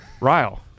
Ryle